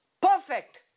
perfect